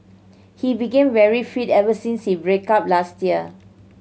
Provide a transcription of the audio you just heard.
he became very fit ever since he break up last year